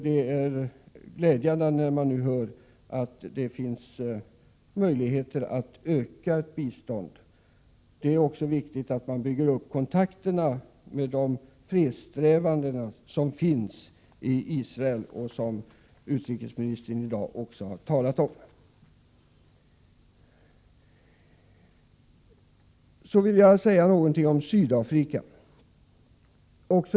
Det är glädjande att man nu får höra att det finns möjligheter att öka biståndet. Det är också viktigt att bygga upp kontakterna med fredssträvarna i Israel, vilka utrikesministern i dag också har talat om. Jag vill säga något om Sydafrika också.